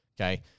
Okay